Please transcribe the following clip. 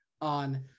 on